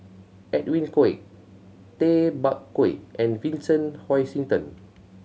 Edwin Koek Tay Bak Koi and Vincent Hoisington